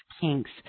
kinks